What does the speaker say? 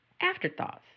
afterthoughts